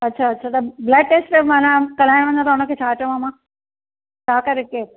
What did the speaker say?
अच्छा अच्छा त बल्ड टेस्ट त मां त करायां हुन खां हुन खे छा चवा मां छा करे के